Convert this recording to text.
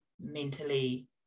mentally